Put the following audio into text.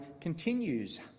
continues